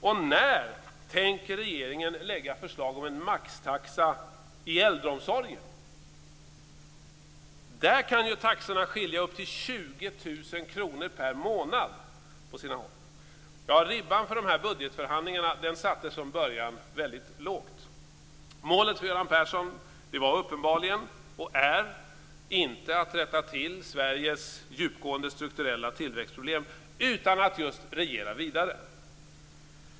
Och när tänker regeringen lägga förslag om en maxtaxa i äldreomsorgen? Där kan ju taxorna skilja upp till 20 000 kr per månad på sina håll. Ribban för budgetförhandlingarna sattes från början väldigt lågt. Målet för Göran Persson var, och är, uppenbarligen inte att rätta till Sveriges djupgående strukturella tillväxtproblem, utan just att regera vidare.